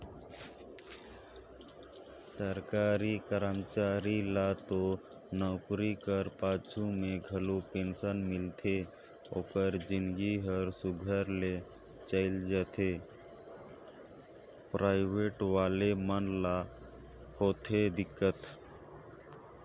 सरकारी करमचारी ल तो नउकरी कर पाछू में घलो पेंसन मिलथे ओकर जिनगी हर सुग्घर ले चइल जाथे पराइबेट वाले मन ल होथे दिक्कत